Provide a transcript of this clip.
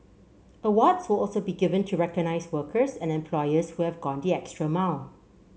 awards will also be given to recognise workers and employers who have gone the extra mile